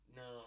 no